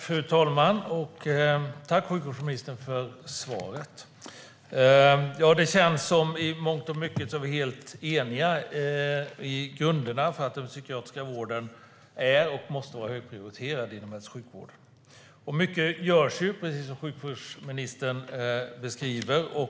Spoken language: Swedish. Fru talman! Tack, sjukvårdsministern, för svaret! Det känns i mångt och mycket som om vi är helt eniga i grunderna om att den psykiatriska vården är och måste vara högprioriterad inom hälso och sjukvården. Mycket görs också, precis som sjukvårdsministern beskriver det.